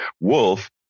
Wolf